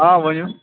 آ ؤنِو